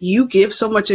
you give so much